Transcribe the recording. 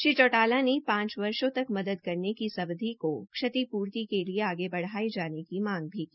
श्री चौटाला ने पांच वर्षो तक मदद करने की इस अवधि को क्षतिपूर्ति के लिए आगे बढ़ाये जाने की मांग भी की